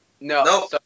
no